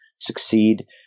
succeed